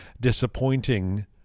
disappointing